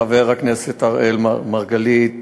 חבר הכנסת אראל מרגלית,